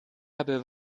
habe